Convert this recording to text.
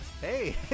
Hey